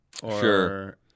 Sure